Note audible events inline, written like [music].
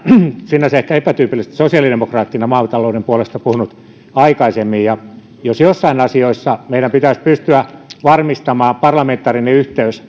sinänsä ehkä epätyypillisesti sosiaalidemokraattina maatalouden puolesta puhunut aikaisemmin ja jos joissain asioissa meidän pitäisi pystyä varmistamaan parlamentaarinen yhteys [unintelligible]